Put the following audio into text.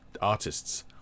artists